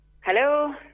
Hello